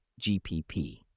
GPP